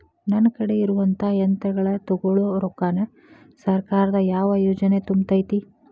ನನ್ ಕಡೆ ಇರುವಂಥಾ ಯಂತ್ರಗಳ ತೊಗೊಳು ರೊಕ್ಕಾನ್ ಸರ್ಕಾರದ ಯಾವ ಯೋಜನೆ ತುಂಬತೈತಿ?